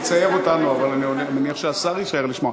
זה יצער אותנו, אבל אני מניח שהשאר יישארו לשמוע.